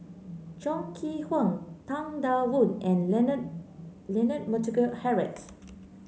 Chong Kee Hiong Tang Da Wu and Leonard Leonard Montague Harrod